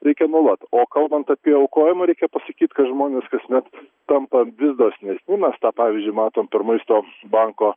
reikia nuolat o kalbant apie aukojimą reikia pasakyt kad žmonės kasmet tampa vis dosnesni mes tą pavyzdžiui matom per maisto banko